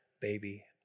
baby